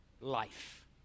life